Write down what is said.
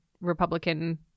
Republican